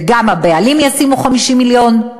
וגם הבעלים ישימו 50 מיליון,